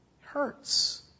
Hurts